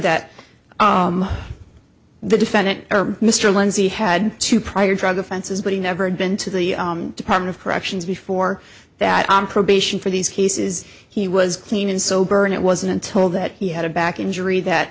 that the defendant mr lindsay had two prior drug offenses but he never had been to the department of corrections before that on probation for these cases he was clean and sober and it wasn't until that he had a back injury that